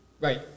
Right